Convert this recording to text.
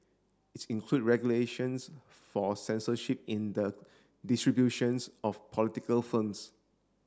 it's include regulations for censorship in the distributions of political films